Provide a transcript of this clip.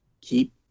keep